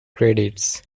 credits